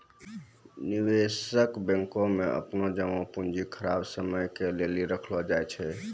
निवेशक बैंको मे अपनो जमा पूंजी खराब समय के लेली राखै छै